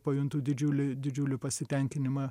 pajuntu didžiulį didžiulį pasitenkinimą